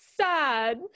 sad